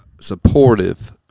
supportive